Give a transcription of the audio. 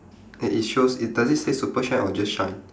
eh it shows it does it say super shine or just shine